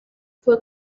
fue